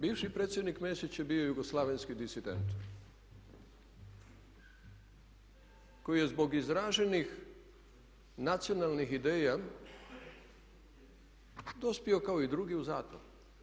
Bivši predsjednik Mesić je bio jugoslavenski disident koji je zbog izraženih nacionalnih ideja dospio kao i drugi u zatvor.